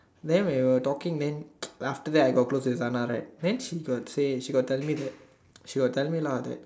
then when we were taking then after that I got close to Lusana right then she got say she got tell me that she got tell me lah that